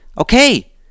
Okay